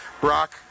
Brock